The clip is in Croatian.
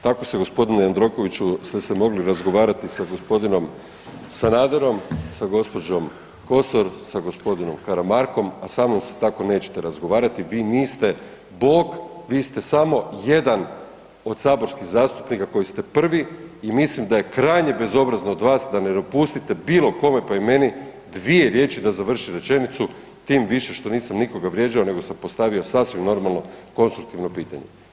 Tako se g. Jandrokoviću ste se mogli razgovarati sa g. Sanaderom, sa gđom. Kosor, sa g. Karamarkom a sa mnom se tako nećete razgovarati, vi niste bog, vi ste samo jedan od saborskih zastupnika koji ste prvi i mislim da je krajnje bezobrazno od vas da ne dopustite bilo kome pa i meni dvije riječi da završim rečenicu tim više što nisam nikoga vrijeđao nego sam postavio sasvim normalno, konstruktivno pitanje.